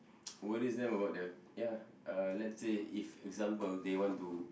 worries them about the ya uh let's say if example they want to